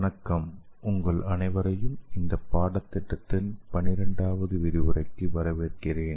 வணக்கம் உங்கள் அனைவரையும் இந்த பாடத்திட்டத்தில் பன்னிரண்டாவது விரிவுரைக்கு வரவேற்கிறேன்